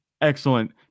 excellent